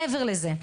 מעבר לזה,